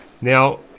now